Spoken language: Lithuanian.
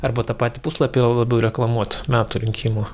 arba tą patį puslapį labiau reklamuot metų rinkimų